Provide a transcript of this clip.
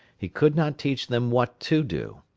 he could not teach them what to do.